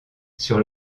sur